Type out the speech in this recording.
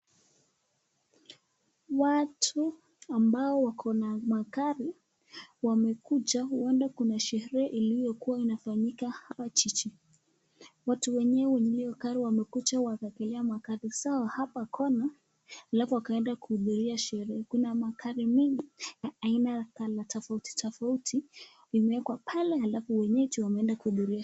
Watu ambao wako na magari, wamekuja. Huenda kuna sherehe ilikuwa inafanyika hapa jiji. Watu wenyewe wenye hiyo gari wamekuja wakaekelea magari zao hapa kona, alafu wakaenda kuhudhuria sherehe. Kuna magari mingi ya aina ya [color] tofauti tofauti imeekwa pale, alafu wenyeji wameenda kuhudhuria sherehe.